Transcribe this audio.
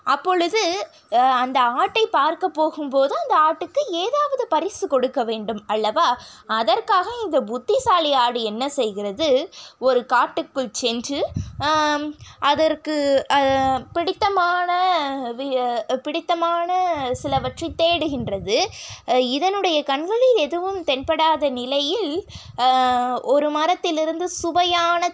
அப்பொழுது அந்த ஆட்டை பார்க்க போகும் போது அந்த ஆட்டுக்கு ஏதாவது பரிசு கொடுக்க வேண்டும் அல்லவா அதற்காக இந்த புத்திசாலி ஆடு என்ன செய்கிறது ஒரு காட்டுக்குள் சென்று அதற்கு பிடித்தமான விய பிடித்தமான சிலவற்றை தேடுகின்றது இதனுடைய கண்களில் எதுவும் தென்படாத நிலையில் ஒரு மரத்திலிருந்து சுவையான